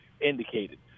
indicated